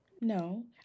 No